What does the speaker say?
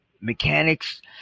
Mechanics